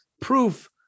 proof